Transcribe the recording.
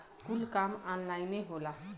कुल काम ऑन्लाइने होला